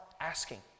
asking